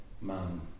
man